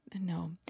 no